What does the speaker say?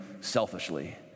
selfishly